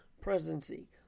presidency